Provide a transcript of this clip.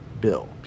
Bill